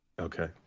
Okay